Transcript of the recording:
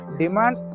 demand